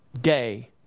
day